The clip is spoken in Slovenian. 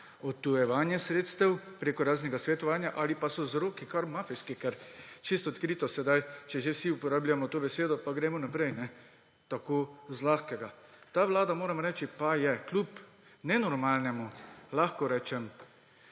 odtujevanje sredstev preko raznega svetovanja ali pa so vzroki kar mafijski. Ker čisto odkrito sedaj, če že vsi uporabljamo to besedo, pa gremo naprej tako zlahkega. Ta vlada, moram reči, pa je kljub nenormalnemu, lahko rečem,